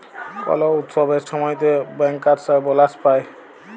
call উৎসবের ছময়তে ব্যাংকার্সরা বলাস পায়